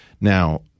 Now